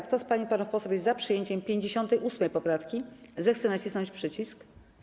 Kto z pań i panów posłów jest za przyjęciem 58. poprawki, zechce nacisnąć przycisk.